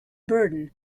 burden